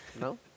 No